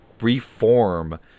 reform